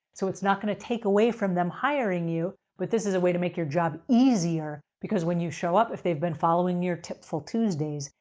so, it's not going to take away from them hiring you, but this is a way to make your job easier because when you show up, if they've been following your tipful tuesdays,